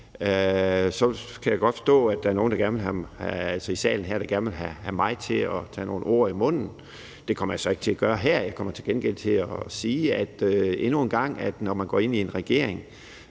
Så kan jeg godt forstå, at der er nogle i salen her, der gerne vil have mig til at tage nogle bestemte ord i munden. Det kommer jeg så ikke til at gøre her. Jeg kommer til gengæld til at sige endnu en gang, at når man går i regering